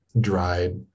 dried